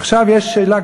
עכשיו יש שאלה,